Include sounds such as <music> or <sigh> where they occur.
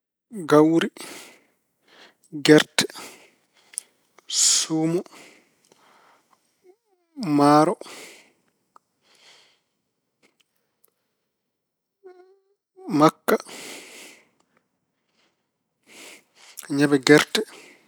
Gawri, gerte, suumo, maaro, <hesitation> makka, ñebbe gerte.